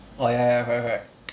orh ya ya correct correct